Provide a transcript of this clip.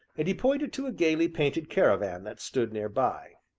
and he pointed to a gayly-painted caravan that stood near by.